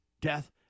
death